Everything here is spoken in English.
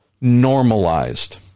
normalized